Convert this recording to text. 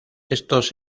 estos